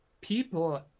people